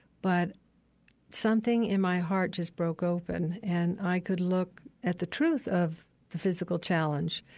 but something in my heart just broke open, and i could look at the truth of the physical challenge